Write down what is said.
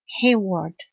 Hayward